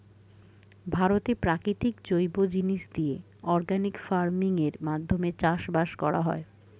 ভারতে প্রাকৃতিক জৈব জিনিস দিয়ে অর্গানিক ফার্মিং এর মাধ্যমে চাষবাস করা হয়